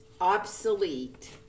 obsolete